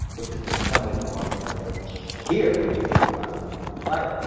which is in some ways more familiar here, where he spent the last twenty years of his life,